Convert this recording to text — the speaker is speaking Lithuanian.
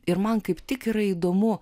ir man kaip tik yra įdomu